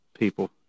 People